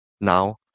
now